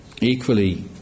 equally